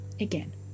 again